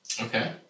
Okay